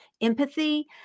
empathy